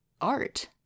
art